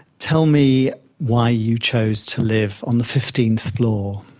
tell me why you chose to live on the fifteenth floor?